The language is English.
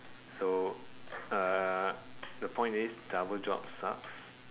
so uh the point is double jobs sucks